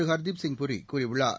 ஹர்தீப்சிங் பூரி கூறியுள்ளார்